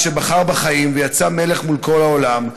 שבחר בחיים ויצא מלך מול כל העולם,